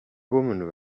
woman